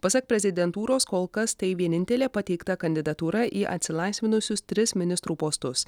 pasak prezidentūros kol kas tai vienintelė pateikta kandidatūra į atsilaisvinusius tris ministrų postus